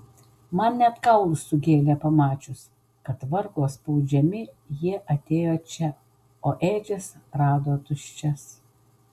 man net kaulus sugėlė pamačius kad vargo spaudžiami jie atėjo čia o ėdžias rado tuščias